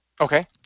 Okay